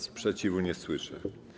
Sprzeciwu nie słyszę.